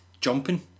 jumping